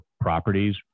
properties